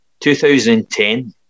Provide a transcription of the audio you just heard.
2010